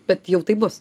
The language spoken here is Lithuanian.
bet jau taip bus